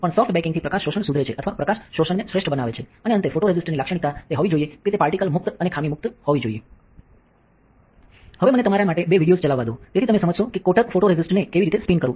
પણ soft baking થી પ્રકાશ શોષણ સુધરે છે અથવા પ્રકાશ શોષણને શ્રેષ્ઠ બનાવે છે અને અંતે ફોટોરેસિસ્ટની લાક્ષણિકતા તે હોવી જોઈએ કે તે પાર્ટિકલ મુક્ત અને ખામી મુક્ત હોવી જોઈએ હવે મને તમારા માટે બે વિડિઓઝ ચલાવવા દો તેથી તમે સમજશો કે કોટર ફોટોરિસ્ટને કેવી રીતે સ્પિન કરવું